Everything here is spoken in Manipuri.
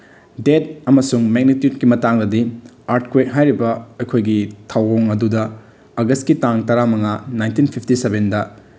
ꯗꯦꯠ ꯑꯃꯁꯨꯡ ꯃꯦꯛꯅꯤꯇꯤꯛꯀꯤ ꯃꯇꯥꯡꯗꯗꯤ ꯑꯥꯔꯠꯀ꯭ꯋꯦꯛ ꯍꯥꯏꯔꯤꯕ ꯑꯩꯈꯣꯏꯒꯤ ꯊꯧꯑꯣꯡ ꯑꯗꯨꯗ ꯑꯥꯒꯁꯀꯤ ꯇꯥꯡ ꯇꯔꯥꯃꯉꯥ ꯅꯥꯏꯟꯇꯤꯟ ꯐꯤꯞꯇꯤ ꯁꯚꯦꯟꯗ